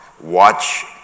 watch